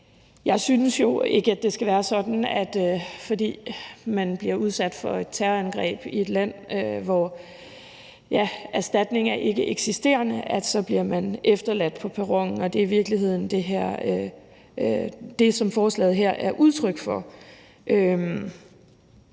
Jeg synes jo ikke, at det skal være sådan, at fordi man bliver udsat for et terrorangreb i et land, hvor erstatning er ikkeeksisterende, så bliver man efterladt på perronen, og det er i virkeligheden det, som forslaget her er udtryk for.